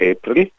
April